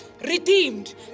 redeemed